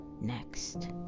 next